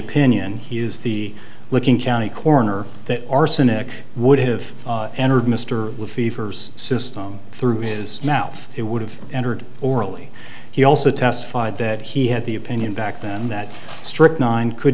opinion he is the looking county coroner that arsenic would have entered mr fever's system through his mouth it would have entered orally he also testified that he had the opinion back then that strychnine could